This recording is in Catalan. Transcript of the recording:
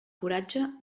coratge